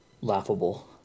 laughable